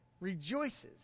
rejoices